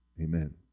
Amen